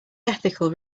ethical